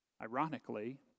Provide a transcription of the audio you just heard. Ironically